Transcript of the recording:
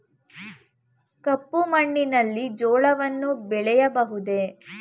ಕಪ್ಪು ಮಣ್ಣಿನಲ್ಲಿ ಜೋಳವನ್ನು ಬೆಳೆಯಬಹುದೇ?